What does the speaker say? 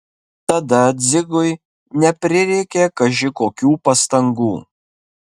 tada dzigui neprireikė kaži kokių pastangų